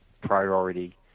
priority